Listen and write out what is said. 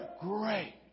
Great